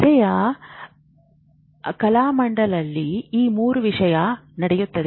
ನೆರೆಯ ಕಾಲಮ್ಗಳಲ್ಲಿ 3 ರೀತಿಯ ವಿಷಯಗಳು ನಡೆಯುತ್ತವೆ